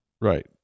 Right